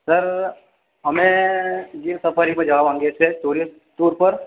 sir અમે જે સફારીમાં જાવા માંગીએ છીએ ટુરિસ્ટ ટુર પર